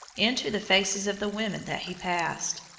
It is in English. into the faces of the women that he passed.